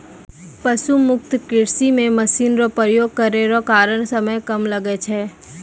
पशु मुक्त कृषि मे मशीन रो उपयोग करै रो कारण समय कम लागै छै